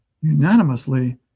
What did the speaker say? unanimously